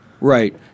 Right